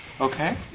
Okay